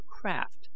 craft